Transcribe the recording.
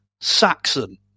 Saxon